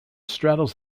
straddles